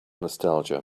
nostalgia